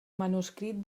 manuscrit